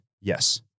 Yes